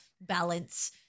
balance